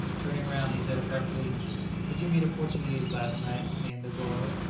turning round, he said abruptly did you meet a portuguese last night, named negoro?